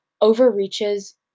overreaches